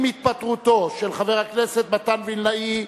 עם התפטרותו של חבר הכנסת מתן וילנאי,